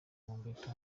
mobeto